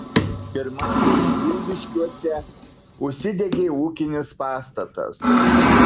pirmadienį pilviškiuose užsidegė ūkinis pastatas